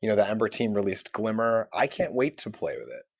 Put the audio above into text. you know the ember team released glimmer. i can't wait to play with it.